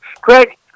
Craig